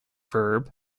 verb